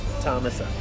thomas